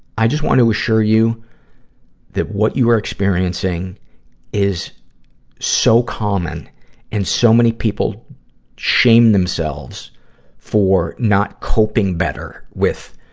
i just want to assure you that what you are experiencing is so common and so many people shame themselves for not coping better with,